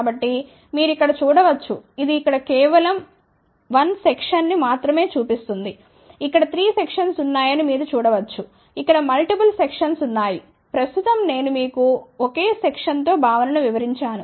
కాబట్టి మీరు ఇక్కడ చూడ వచ్చు ఇది ఇక్కడ కేవలం 1 సెక్షన్ ని మాత్రమే చూపిస్తుంది ఇక్కడ 3 సెక్షన్స్ ఉన్నాయని మీరు చూడ వచ్చు ఇక్కడ మల్టిపుల్ సెక్షన్స్ ఉన్నాయి ప్రస్తుతం నేను మీకు ఒకే సెక్షన్ తో భావనను వివరించాను